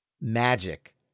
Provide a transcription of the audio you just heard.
magic